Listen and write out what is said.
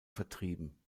vertrieben